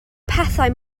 pethau